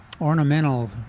Ornamental